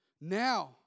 Now